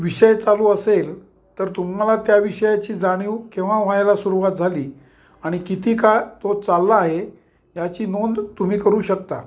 विषय चालू असेल तर तुम्हाला त्या विषयाची जाणीव केव्हा व्हायला सुरुवात झाली आणि किती काळ तो चालला आहे याची नोंद तुम्ही करू शकता